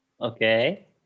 Okay